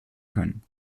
können